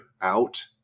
out